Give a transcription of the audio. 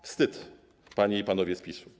Wstyd, panie i panowie z PiS-u.